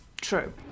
True